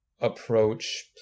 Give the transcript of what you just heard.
approach